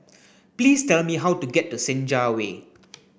please tell me how to get to Senja Way